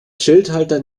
schildhalter